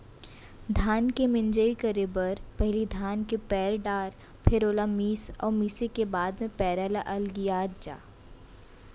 धान के मिंजई करे बर पहिली धान के पैर डार फेर ओला मीस अउ मिसे के बाद म पैरा ल अलगियात जा